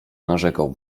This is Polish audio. narzekał